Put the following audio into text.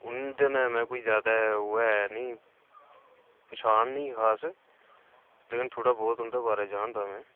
उन्दे न में कोई ज्यादा ओह् ऐ नी पंछान नी खास लेकिन थोह्ड़ा बोह्त उं'दे बारे च जानदा में